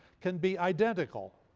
can be identical.